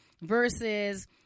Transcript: versus